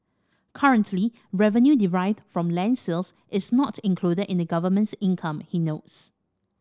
currently revenue derived from land sales is not included in the government's income he notes